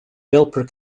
belper